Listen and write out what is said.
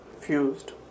Fused